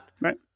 right